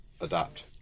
adapt